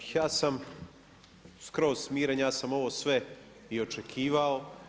Ja sam skroz smiren, ja sam ovo sve i očekivao.